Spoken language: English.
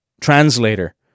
translator